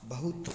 बहुत